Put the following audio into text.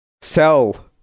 sell